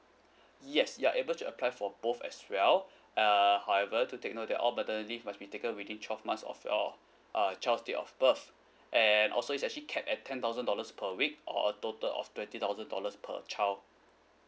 yes you're able to apply for both as well err however do take note that all maternity leave must be taken within twelve months of your uh child's date of birth and also it's actually capped at ten thousand dollars per week or a total of twenty thousand dollars per child